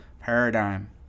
paradigm